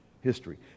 history